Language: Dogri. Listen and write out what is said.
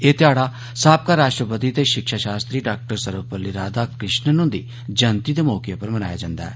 एह् ध्याड़ा साबका राष्ट्रपति ते शिक्षा शास्त्री डॉ सर्वपल्ली राधा कृष्णा हुंदी जयंती दे मौके उप्पर मनाया जंदा ऐ